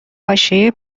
حاشیه